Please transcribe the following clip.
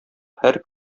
һәр